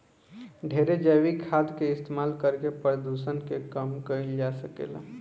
ढेरे जैविक खाद के इस्तमाल करके प्रदुषण के कम कईल जा सकेला